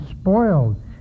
spoiled